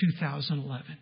2011